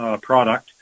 product